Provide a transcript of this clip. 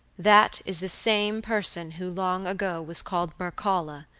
that is the same person who long ago was called mircalla,